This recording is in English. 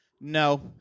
No